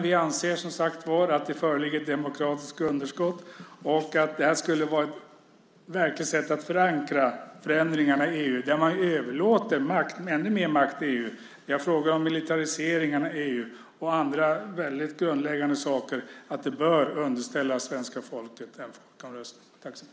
Vi anser, som sagt var, att det föreligger ett demokratiskt underskott och att det här skulle vara ett verkligt sätt att förankra förändringarna i EU. Man överlåter ju ännu mer makt till EU. Vi har frågor om militariseringen av EU och andra väldigt grundläggande saker och menar att detta bör underställas svenska folket i en folkomröstning.